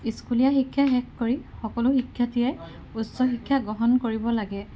ইস্কুলীয়া শিক্ষা শেষ কৰি সকলো শিক্ষাৰ্থীয়ে উচ্চ শিক্ষা গ্ৰহণ কৰিব লাগে